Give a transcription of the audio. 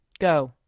Go